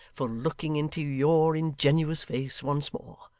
for looking into your ingenuous face once more.